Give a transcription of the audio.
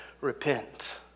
repent